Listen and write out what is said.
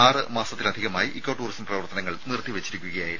ആറ് മാസത്തിലധികമായി eco tourism പ്രവർത്തനങ്ങൾ നിർത്തി വെച്ചിരിക്കുകയായിരുന്നു